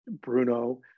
Bruno